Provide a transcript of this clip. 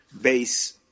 base